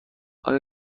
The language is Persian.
آیا